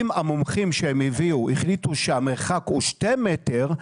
אם המומחים שהם הביאו החליטו שהמרחק הוא שני מטרים,